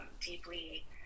deeply